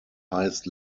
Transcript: highest